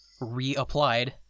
reapplied